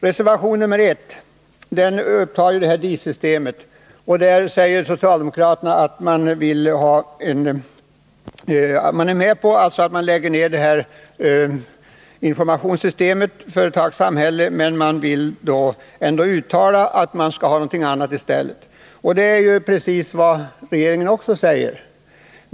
Reservation 1 behandlar DIS-systemet. Socialdemokraterna är med på att man lägger ned informationssystemet företag-samhälle, men de vill ändå uttala att de vill ha någonting annat i stället. Det är precis vad regeringen säger också.